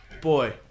Boy